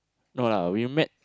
no lah we meet